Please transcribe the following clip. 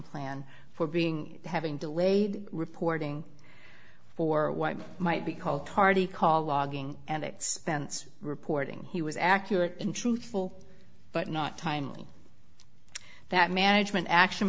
plan for being having delayed reporting for what might be called tardy call logging and expense reporting he was accurate and truthful but not timely that management action